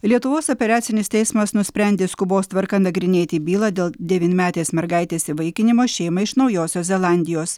lietuvos apeliacinis teismas nusprendė skubos tvarka nagrinėti bylą dėl devynmetės mergaitės įvaikinimo šeimai iš naujosios zelandijos